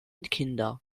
kinder